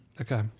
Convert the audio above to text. Okay